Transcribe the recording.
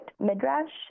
midrash